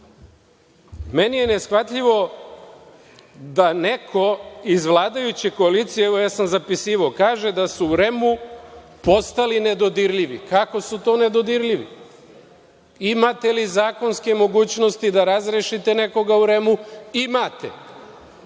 je neshvatljivo da neko iz vladajuće koalicije, evo ja sam zapisivao, kaže da su u REM-u postali nedodirljivi. Kako su to nedodirljivi? Imate li zakonske mogućnosti da razrešite nekoga u REM-u? Imate.